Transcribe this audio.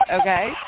okay